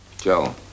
Joe